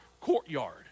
courtyard